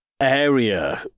area